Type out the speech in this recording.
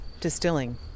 distilling